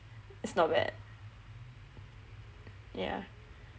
it's not bad yah